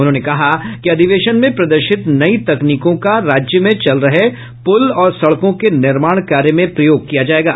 उन्होंने कहा कि अधिवेशन में प्रदर्शित नई तकनीकों का राज्य में चल रहे पुल और सड़कों के निर्माण कार्य में प्रयोग किया जायेगा